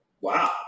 Wow